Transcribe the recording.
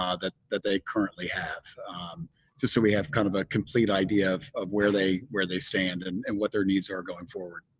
that that they currently have just so we have kind of a complete idea of of where they where they stand and and what their needs are going forward.